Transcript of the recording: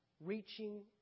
reaching